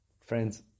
Friends